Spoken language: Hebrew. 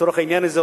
לצורך העניין הזה,